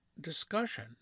discussion